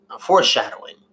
foreshadowing